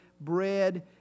bread